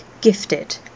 Gifted